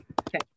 Okay